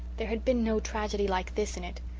there had been no tragedy like this in it.